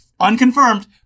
unconfirmed